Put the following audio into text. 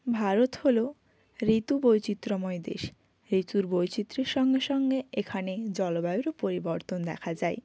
ভারত হল ঋতু বৈচিত্র্যময় দেশ ঋতুর বৈচিত্র্যের সঙ্গে সঙ্গে এখানে জলবায়ুরও পরিবর্তন দেখা যায়